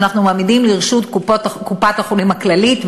שאנחנו מעמידים לרשות קופת-החולים כללית,